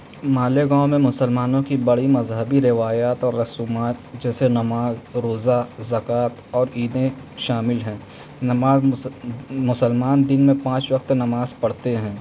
مالیگاؤں میں مسلمانوں کی بڑی مذہبی روایات اور رسومات جیسے نماز روزہ زکوٰۃ اور عیدیں شامل ہیں نماز مسلمان دن میں پانچ وقت نماز پڑھتے ہیں